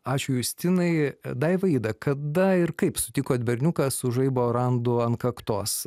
ačiū justinai daiva ida kada ir kaip sutikot berniuką su žaibo randu ant kaktos